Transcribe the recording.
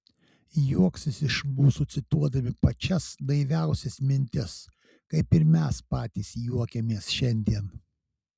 juoksis iš mūsų cituodami pačias naiviausias mintis kaip ir mes patys juokiamės šiandien